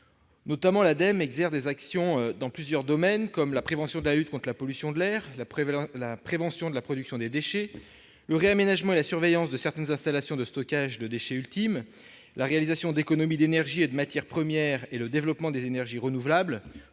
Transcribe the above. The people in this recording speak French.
actions, en particulier, dans les domaines de la prévention et de la lutte contre la pollution de l'air, de la prévention de la production de déchets, du réaménagement et de la surveillance de certaines installations de stockage de déchets ultimes, de la réalisation d'économies d'énergie et de matières premières et du développement des énergies renouvelables,